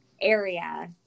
area